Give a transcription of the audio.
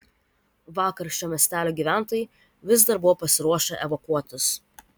vakar šio miestelio gyventojai vis dar buvo pasiruošę evakuotis